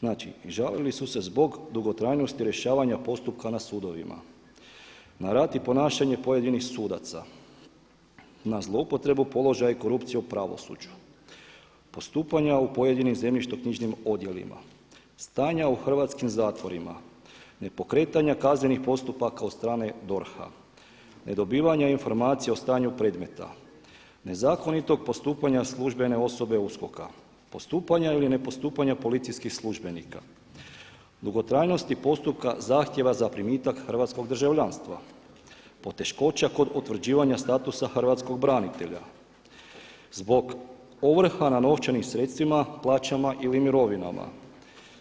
Znači žalili su se zbog dugotrajnosti rješavanja postupka na sudovima, na rad i ponašanje pojedinih sudaca, na zloupotrebu položaja i korupciju u pravosuđu, postupanja u pojedinim zemljišno-knjižnim odjelima, stanja u hrvatskim zatvorima, nepokretanja kaznenih postupaka od strane DORH-a, nedobivanja informacija o stanju predmeta, nezakonitog postupanja službene osobe USKOK-a, postupanja ili ne postupanja policijskih službenika, dugotrajnosti postupka zahtjeva za primitak hrvatskog državljanstva, poteškoća kod utvrđivanja statusa hrvatskog branitelja, zbog ovrha na novčanim sredstvima, plaćama ili mirovinama,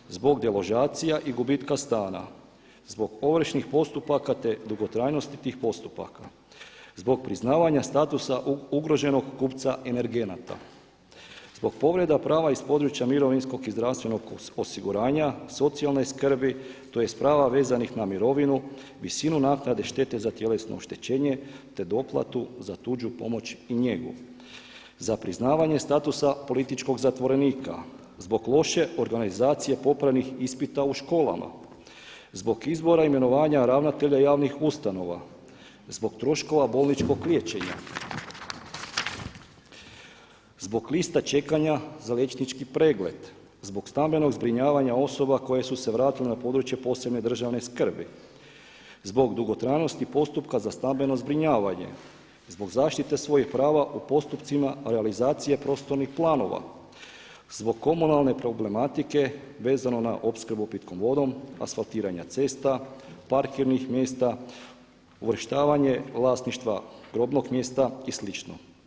zbog deložacija i gubitka stana, zbog ovršnih postupaka te dugotrajnosti tih postupaka, zbog priznavanja statusa ugroženog kupca energenata, zbog povreda prava iz područja mirovinskog i zdravstvenog osiguranja, socijalne skrbi tj. prava vezanih na mirovinu, visinu naknade štete za tjelesno oštećenje, te doplatu za tuđu pomoć i njegu, za priznavanje statusa političkog zatvorenika, zbog loše organizacije popravnih ispita u školama, zbog izbora i imenovanja ravnatelja javnih ustanova, zbog troškova bolničkog liječenja, zbog lista čekanja za liječnički pregled, zbog stambenog zbrinjavanja osoba koje su se vratile na područje od posebne državne skrbi, zbog dugotrajnosti postupka za stambeno zbrinjavanje, zbog zaštite svojih prava u postupcima realizacije prostornih planova, zbog komunalne problematike vezano na opskrbu pitkom vodom, asfaltiranja cesta, parkirnih mjesta, uvrštavanje vlasništva grobnog mjesta i slično.